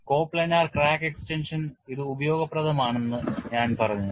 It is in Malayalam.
കോപ്ലാനാർ ക്രാക്ക് എക്സ്റ്റൻഷന് ഇത് ഉപയോഗപ്രദമാണെന്ന് ഞാൻ പറഞ്ഞു